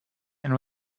and